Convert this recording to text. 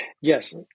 Yes